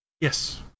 Yes